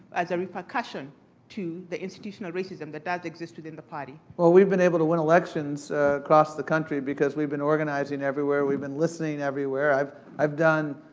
as a repercussion to the institutional racism that does exist within the party? well, we've been able to win elections across the country because we've been organizing everywhere. we've been listening everywhere. i've i've done,